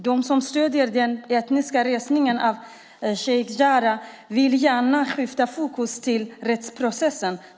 De som stöder den etniska rensningen i Sheikh Jarrah vill gärna skifta fokus till rättsprocessen.